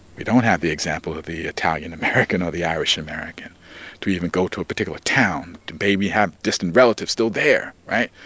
we don't have the example of the italian american or the irish american to even go to a particular town to maybe have distant relatives still there right?